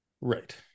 right